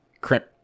crimp